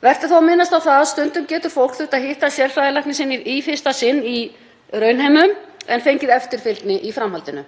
er þó að minnast á það að stundum getur fólk þurft að hitta sérfræðilækna í fyrsta sinn í raunheimum en fengið eftirfylgni í framhaldinu.